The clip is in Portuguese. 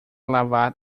lavar